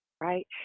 right